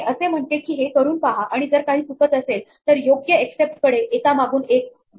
हे असे म्हणते की हे करून पहा आणि जर काही चुकत असेलतर योग्य एक्सेप्ट कडे एकामागून एक जाता येते